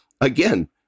again